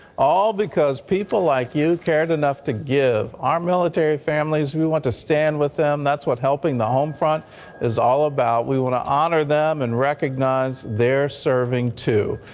all because people like you carried enough to give. our military families who want to stand with them, that's what helping the home front is all about. we want to honor them, and recognize they're serving, too.